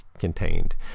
contained